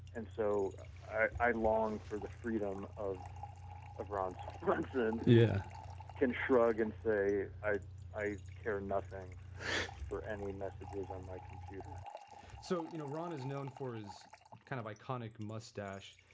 and so i longed for the freedom of of ron swanson yeah can shrug and say, i i care nothing for any messages on my computer so you know, ron is known for his kind of iconic mustache,